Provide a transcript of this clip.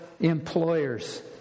employers